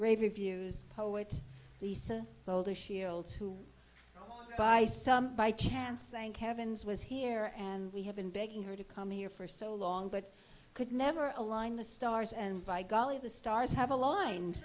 rave reviews the same old as shields who by some by chance thank heavens was here and we have been begging her to come here for so long but could never align the stars and by golly the stars have aligned